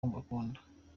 mbakunda